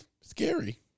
Scary